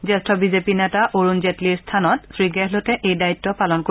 জ্যেষ্ঠ বিজেপি নেতা অৰুণ জেটলিৰ স্থানত শ্ৰীগেহলটে এই দায়িত্ব পালন কৰিব